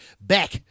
Back